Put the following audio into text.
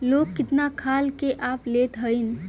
Loan कितना खाल के आप लेत हईन?